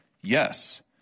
yes